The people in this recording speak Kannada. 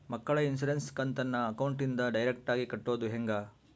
ಮಕ್ಕಳ ಇನ್ಸುರೆನ್ಸ್ ಕಂತನ್ನ ಅಕೌಂಟಿಂದ ಡೈರೆಕ್ಟಾಗಿ ಕಟ್ಟೋದು ಹೆಂಗ?